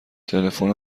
تلفن